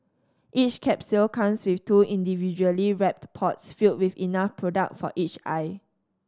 each capsule comes with two individually wrapped pods filled with enough product for each eye